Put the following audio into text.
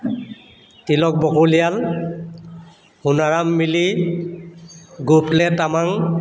তিলক বকলিয়াল সোণাৰাম মিলি গোফলে তামাং